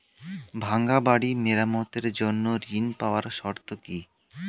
ভাঙ্গা বাড়ি মেরামতের জন্য ঋণ পাওয়ার শর্ত কি?